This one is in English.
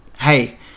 hey